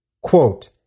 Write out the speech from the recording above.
Quote